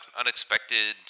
unexpected